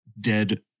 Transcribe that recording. dead